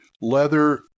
leather